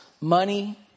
money